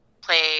play